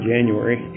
January